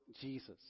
Jesus